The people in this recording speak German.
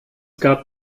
gab